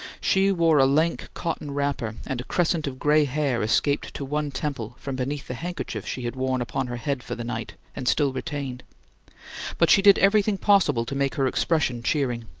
she wore a lank cotton wrapper, and a crescent of gray hair escaped to one temple from beneath the handkerchief she had worn upon her head for the night and still retained but she did everything possible to make her expression cheering.